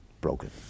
broken